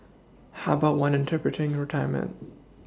how about one interpreting retirement